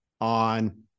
on